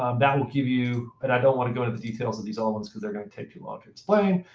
um that will give you and i don't want to go into the details of these elements, because they're going to take too long to explain.